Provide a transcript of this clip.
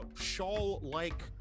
shawl-like